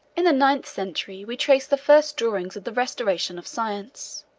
in the ninth century we trace the first dawnings of the restoration of science.